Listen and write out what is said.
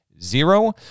zero